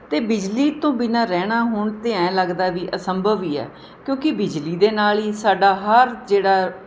ਅਤੇ ਬਿਜਲੀ ਤੋਂ ਬਿਨਾਂ ਰਹਿਣਾ ਹੁਣ ਤਾਂ ਐਂ ਲੱਗਦਾ ਵੀ ਅਸੰਭਵ ਹੀ ਹੈ ਕਿਉਂਕੀ ਬਿਜਲੀ ਦੇ ਨਾਲ ਹੀ ਸਾਡਾ ਹਰ ਜਿਹੜਾ